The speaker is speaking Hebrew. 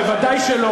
ודאי שלא,